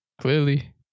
Clearly